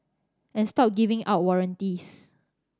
and stop giving out warranties